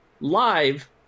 live